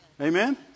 Amen